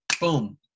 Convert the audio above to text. boom